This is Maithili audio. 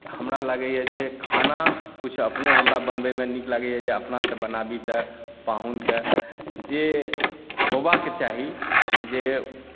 हमरा लागैए जे खाना कुछ अपनो हमरा बनबयमे नीक लागैए जे अपनासँ बनाबी तऽ पाहुनकेँ जे होयबाक चाही जे